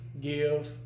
give